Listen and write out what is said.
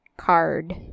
card